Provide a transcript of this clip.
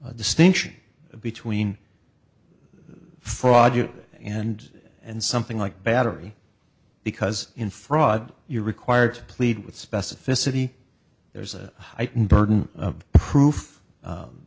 distinction between the fraud you and and something like battery because in fraud you are required to plead with specificity there's a heightened burden of proof